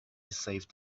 saved